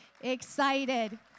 excited